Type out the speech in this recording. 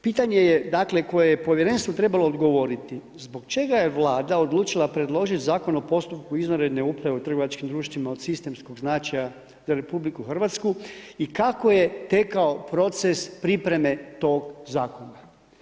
Pitanje koje je povjerenstvo trebalo odgovoriti, zbog čega je Vlada odlučila predložit Zakon o postupku izvanredne uprave u trgovačkim društvima od sistemskog značaja za RH i kako je tekao proces pripreme tog zakona?